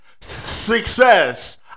success